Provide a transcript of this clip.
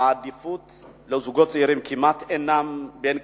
העדיפות לזוגות צעירים כמעט איננה, והם קיימים.